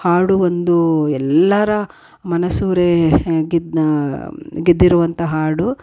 ಹಾಡು ಒಂದು ಎಲ್ಲರ ಮನಸೂರೆ ಗೆದ್ದ ಗೆದ್ದಿರುವಂಥ ಹಾಡು